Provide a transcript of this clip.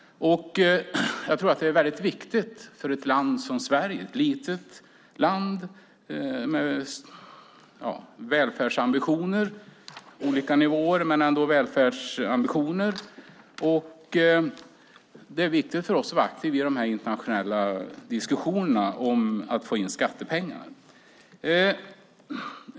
Jag tror att det är väldigt viktigt för ett land som Sverige, ett litet land med välfärdsambitioner, visserligen på olika nivåer, att vara aktivt i de internationella diskussionerna om att få in skattepengar.